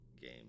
game